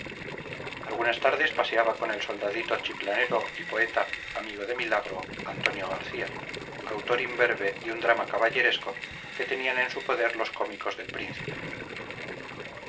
algunas tardes paseaba con el soldadito chiclanero y poeta amigo de milagro antonio garcía autor imberbe de un drama caballeresco que tenían en su poder los cómicos del príncipe